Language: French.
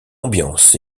ambiance